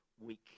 week